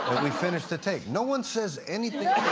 we finish the take. no-one says anything